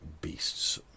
beast's